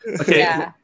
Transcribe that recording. Okay